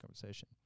conversation